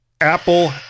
Apple